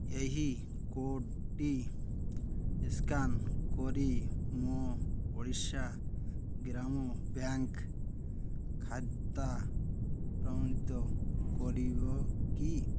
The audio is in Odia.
ଏହି କୋଡ଼୍ଟି ସ୍କାନ୍ କରି ମୋ ଓଡ଼ିଶା ଗ୍ରାମ୍ୟ ବ୍ୟାଙ୍କ ଖାତା ପ୍ରମାଣିତ କରିବ କି